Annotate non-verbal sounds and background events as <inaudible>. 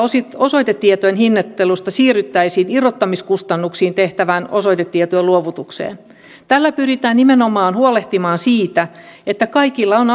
osoitetietojen hinnoittelusta siirryttäisiin irrottamiskustannuksin tehtävään osoitetietojen luovutukseen tällä pyritään nimenomaan huolehtimaan siitä että kaikilla on <unintelligible>